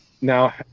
now